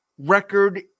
Record